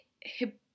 hip